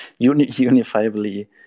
unifiably